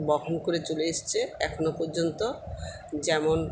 বহন করে চলে এসছে এখনো পর্যন্ত যেমন